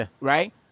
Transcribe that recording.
right